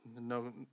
no